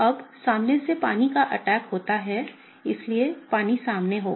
अब सामने से पानी का अटैक होता है इसलिए पानी सामने होगा